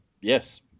yes